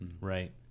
Right